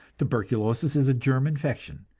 tuberculosis is a germ infection,